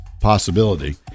possibility